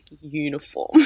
uniform